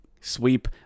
sweep